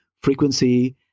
frequency